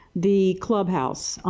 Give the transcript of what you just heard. the clubhouse.